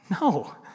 No